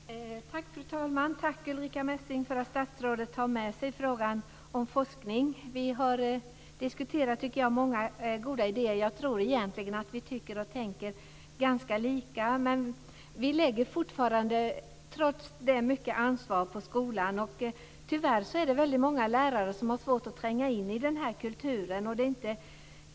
Fru talman! Jag tackar statsrådet Ulrica Messing för att hon tar med sig frågan om forskning. Vi har diskuterat många goda idéer. Jag tror egentligen att vi tycker och tänker ganska lika. Vi lägger trots det fortfarande mycket ansvar på skolan. Tyvärr är det väldigt många lärare som har svårt att tränga in i den här kulturen.